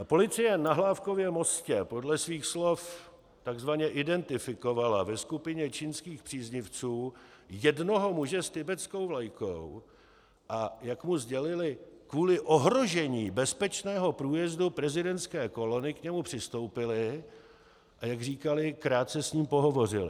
Policie na Hlávkově mostě podle svých slov takzvaně identifikovala ve skupině čínských příznivců jednoho muže s tibetskou vlajkou, a jak mu sdělili, kvůli ohrožení bezpečného průjezdu prezidentské kolony k němu přistoupili, a jak říkali, krátce s ním pohovořili.